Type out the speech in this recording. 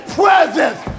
presence